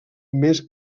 més